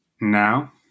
now